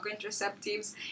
contraceptives